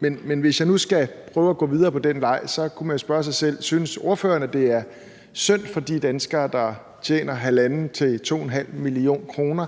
Men hvis jeg nu skal prøve at gå videre på den vej, kunne man jo spørge: Synes ordføreren, det er synd for de danskere, der tjener 1,5 til 2,5 mio. kr.,